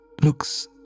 looks